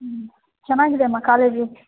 ಹ್ಞೂ ಚೆನ್ನಾಗಿದೆಮ್ಮ ಕಾಲೇಜು